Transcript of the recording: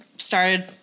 started